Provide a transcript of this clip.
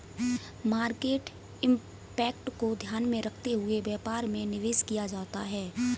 market impact को ध्यान में रखते हुए व्यापार में निवेश किया जाता है